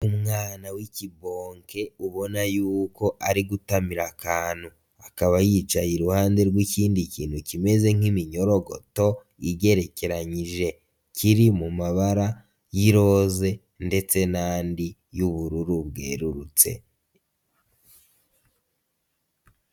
Umwana w'ikibonke ubona yuko ari gutamira akantu, akaba yicaye iruhande rw'ikindi kintu kimeze nk'iminyorogoto igerekeranyije kiri mu mabara y'iroze ndetse n'andi y'ubururu bwerurutse.